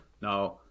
now